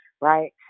right